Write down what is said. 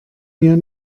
mir